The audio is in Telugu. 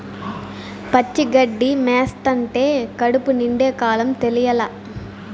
పచ్చి గడ్డి మేస్తంటే కడుపు నిండే కాలం తెలియలా